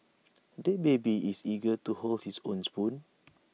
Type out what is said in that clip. the baby is eager to hold his own spoon